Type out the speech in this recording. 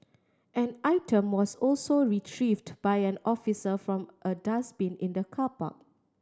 an item was also retrieved by an officer from a dustbin in the car park